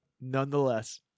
nonetheless